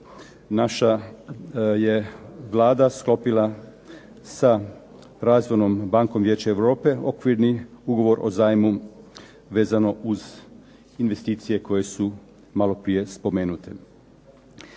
naša je Vlada sklopila sa Razvojnom bankom Vijeća Europe okvirni ugovor o zajmu vezano uz investicije koje su maloprije spomenute.